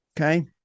okay